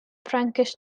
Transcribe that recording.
frankish